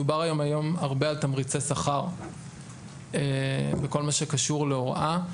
מדובר היום הרבה על תמריצי שכר בכל מה שקשור להוראה.